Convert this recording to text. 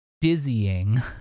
dizzying